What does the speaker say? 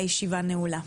הישיבה נעולה.